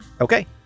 Okay